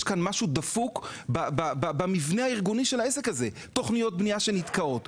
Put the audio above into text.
יש כאן משהו דפוק במבנה הארגוני של העסק הזה תכניות בנייה שנתקעות,